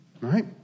Right